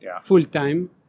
full-time